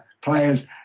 players